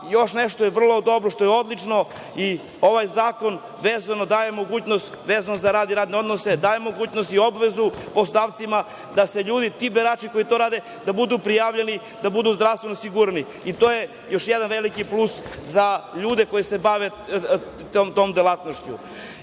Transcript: još nešto je vrlo dobro, što je odlično i ovaj zakon daje mogućnost vezano za rad i radne odnose, daje mogućnost i obavezu poslodavcima da se ljudi, ti berači koji to rade, da budu prijavljeni, da budu zdravstveno osigurani. To je još jedan veliki plus za ljude koje se bave tom delatnošću. Imamo